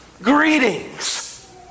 Greetings